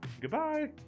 Goodbye